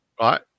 right